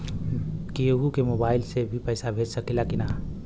केहू के मोवाईल से भी पैसा भेज सकीला की ना?